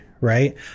right